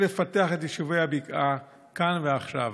לפתח את יישובי הבקעה כאן ועכשיו.